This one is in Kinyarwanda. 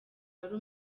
hari